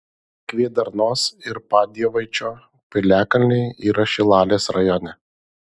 kvėdarnos ir padievaičio piliakalniai yra šilalės rajone